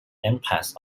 impacts